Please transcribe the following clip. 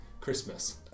Christmas